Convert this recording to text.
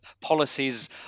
policies